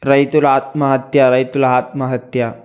రైతుల ఆత్మహత్య రైతుల ఆత్మహత్య